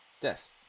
death